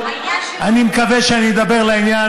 אני מקווה שאני מדבר לעניין,